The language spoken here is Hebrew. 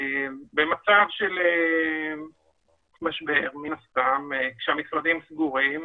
במצב של משבר, מן הסתם, כאשר המשרדים סגורים,